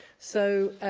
so,